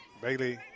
Bailey